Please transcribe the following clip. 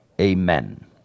Amen